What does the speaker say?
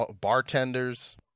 bartenders